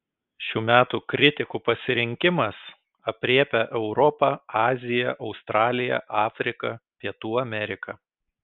šių metų kritikų pasirinkimas aprėpia europą aziją australiją afriką pietų ameriką